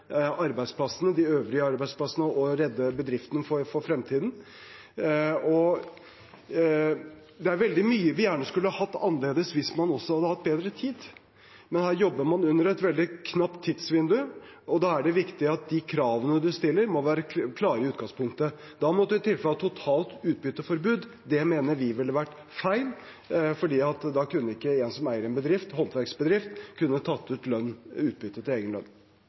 de øvrige arbeidsplassene og redde bedriften for fremtiden. Det er veldig mye man gjerne skulle sett annerledes hvis man hadde hatt bedre tid, men man jobber her i et veldig knapt tidsvindu, og da er det viktig at de kravene man stiller, må være klare i utgangspunktet. Da måtte man i tilfelle hatt totalt utbytteforbud. Det mener vi ville vært feil, for da kunne ikke en som eier en bedrift, en håndverksbedrift, tatt ut utbytte til egen lønn.